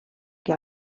que